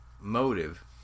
motive